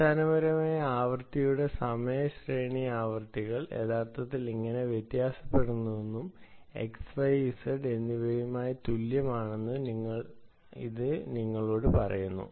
അടിസ്ഥാനപരമായി ആവൃത്തിയുടെ സമയ ശ്രേണി ആവൃത്തികൾ യഥാർത്ഥത്തിൽ എങ്ങനെ വ്യത്യാസപ്പെടുന്നുവെന്നതും x y z എന്നിവയുമായി തുല്യമാണെന്നും ഇത് നിങ്ങളോട് പറയുന്നു